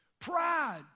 Pride